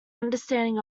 understanding